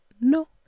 no